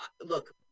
look